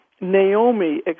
Naomi